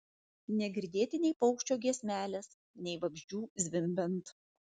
negirdėti nei paukščio giesmelės nei vabzdžių zvimbiant